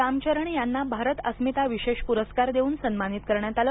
राम चरण यांना भारत अस्मिता विशेष पुरस्कार देऊन सन्मानित करण्यात आले